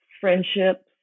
friendships